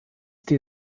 die